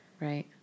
Right